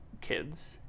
kids